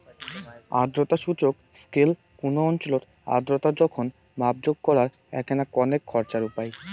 আর্দ্রতা সূচক স্কেল কুনো অঞ্চলত আর্দ্রতার জোখন মাপজোক করার এ্যাকনা কণেক খরচার উপাই